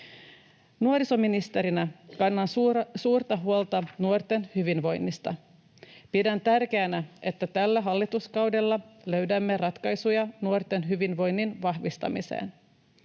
Nuorisoministerinä kannan suurta huolta nuorten hyvinvoinnista. Pidän tärkeänä, että tällä hallituskaudella löydämme ratkaisuja nuorten hyvinvoinnin vahvistamiseen.